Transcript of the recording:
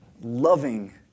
loving